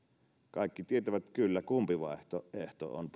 kaikki tietävät kyllä kumpi vaihtoehto on